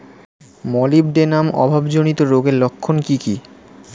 Molybdenum অভাবজনিত রোগের লক্ষণ কি কি?